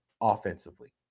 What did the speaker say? offensively